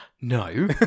No